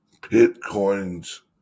Bitcoin's